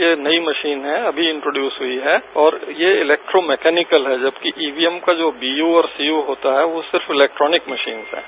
ये नई मशीन है अभी इन्टरड्यूज हुई है और ये इलेक्ट्रो मैकेनिकल है जबकि ईवीएम का वीयू और सीयू होता है वो सिर्फ इलेक्ट्रोनिक मशीन है